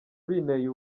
binteye